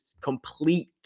complete